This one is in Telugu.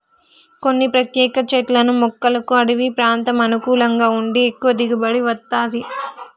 కొన్ని ప్రత్యేక చెట్లను మొక్కలకు అడివి ప్రాంతం అనుకూలంగా ఉండి ఎక్కువ దిగుబడి వత్తది